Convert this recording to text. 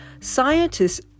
scientists